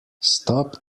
stop